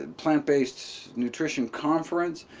and plant-based nutrition conference.